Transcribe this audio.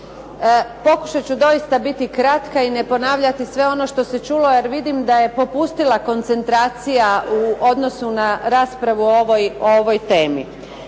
Pokušat ću doista biti kratka i ne ponavljati sve ono što se čulo, jer vidim da je popustila koncentracija u odnosu na raspravu o ovoj temi.